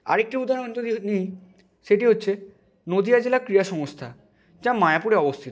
আর একটি উদাহরণ যদিও নিই সেটি হচ্ছে নদীয়া জেলা ক্রীড়া সংস্থা যা মায়াপুরে অবস্থিত